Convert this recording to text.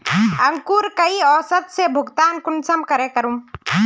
अंकूर कई औसत से भुगतान कुंसम करूम?